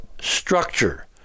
structure